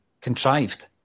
contrived